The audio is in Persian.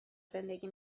زندگی